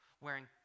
wearing